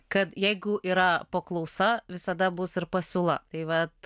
kad jeigu yra paklausa visada bus ir pasiūla tai vat